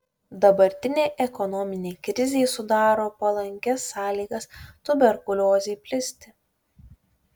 dabartinė ekonominė krizė sudaro palankias sąlygas tuberkuliozei plisti